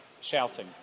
shouting